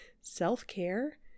self-care